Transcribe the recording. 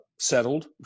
settled